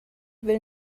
will